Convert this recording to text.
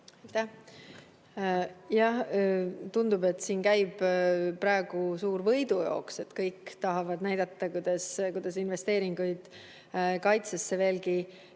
Jah, tundub, et siin käib praegu suur võidujooks, kõik tahavad näidata, kuidas investeeringuid kaitsesse veelgi